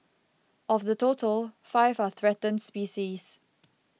of the total five are threatened species